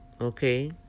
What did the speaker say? Okay